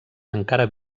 encara